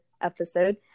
episode